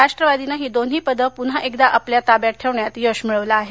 राष्ट्रवादीने ही दोन्ही पदे पुन्हा एकदा आपल्या ताब्यात ठेवण्यात यश मिळवलं आहे